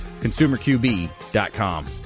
consumerqb.com